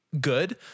good